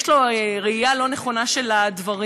יש לו ראייה לא נכונה של הדברים.